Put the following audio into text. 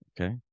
Okay